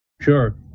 Sure